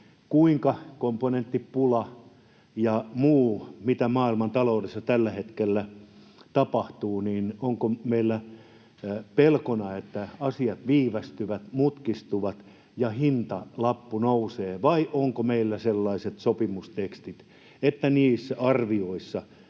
komponenttipula ja muu, mitä maailmantaloudessa tällä hetkellä tapahtuu? Onko meillä pelkona, että asiat viivästyvät, mutkistuvat ja hintalappu nousee, vai onko meillä sellaiset sopimustekstit, että niillä arvioilla,